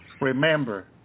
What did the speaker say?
remember